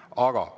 juhatusele.